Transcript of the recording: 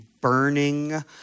burning